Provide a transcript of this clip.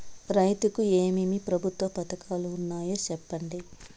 రైతుకు ఏమేమి ప్రభుత్వ పథకాలు ఉన్నాయో సెప్పండి?